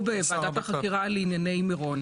בוועדת החקירה לענייני מירון.